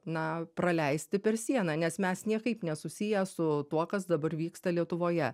na praleisti per sieną nes mes niekaip nesusiję su tuo kas dabar vyksta lietuvoje